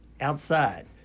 outside